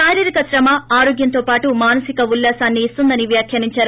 శారీరక శ్రమ ఆరోగ్వంతో పాటు మానసిక ఉల్హాసాన్ని ఇస్తుందని వ్యాఖ్యానించారు